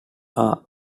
are